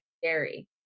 scary